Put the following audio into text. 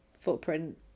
footprint